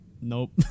Nope